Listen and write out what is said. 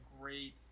great